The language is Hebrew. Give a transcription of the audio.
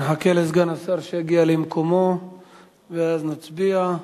נחכה לסגן השר שיגיע למקומו ואז נצביע,